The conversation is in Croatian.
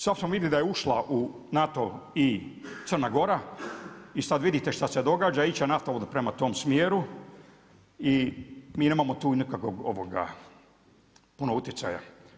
Sad smo vidjeli da je ušla u NATO i Crna Gora, i sad vidite šta se događa, ići će naftovod prema tom smjeru i mi nemamo tu nikakvog puno utjecaja.